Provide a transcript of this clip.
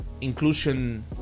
inclusion